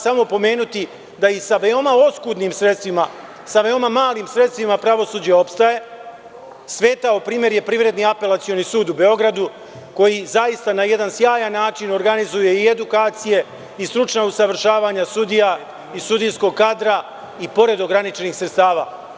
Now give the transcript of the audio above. Samo ću pomenuti da i sa veoma oskudnim, malim sredstvima, pravosuđe opstaje, a svetao primer je Apelacioni sud u Beogradu, koji zaista na jedan sjajan način organizuje i edukacije i stručna usavršavanja sudija i sudijskog kadra, pored ograničenih sredstava.